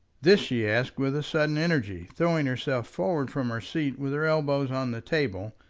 this she asked with a sudden energy, throwing herself forward from her seat with her elbows on the table,